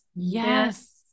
Yes